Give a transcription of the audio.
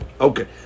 Okay